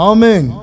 Amen